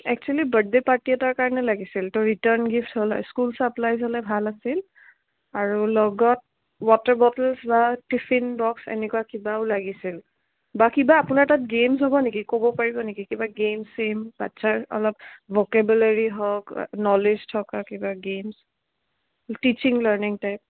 actually birthday party এটা কাৰণে লাগিছিল ত ৰিটাৰ্ণ গিফট হ'ল হয় স্কুল ছাপ্লাইজ হ'লে ভাল আছিল আৰু লগত ৱাটাৰ বটলছ বা টিফিন বক্স এনেকুৱা কিবাও লাগিছিল বা কিবা আপোনাৰ তাত গেইমছ হ'ব নেকি ক'ব পাৰিব নেকি কিবা গেইমছ ছেইম বাচ্ছাৰ অলপ ভকেবুলাৰি হওক নলেজ থকা কিবা গে'মছ টিছিং লাৰ্ণিং টাইপ